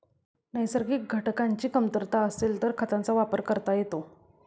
नैसर्गिक घटकांची कमतरता असेल तर खतांचा वापर करता येतो